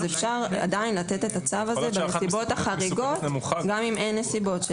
עדיין אפשר לתת את הצו הזה בנסיבות החריגות גם אם אין נסיבות.